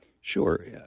Sure